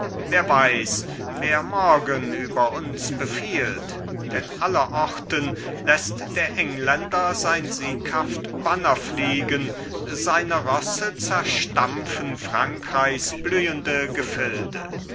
wer weiß wer morgen über uns befiehlt denn aller orten läßt der engelländer sein sieghaft banner fliegen seine rosse zerstampfen frankreichs blühende gefilde